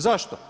Zašto?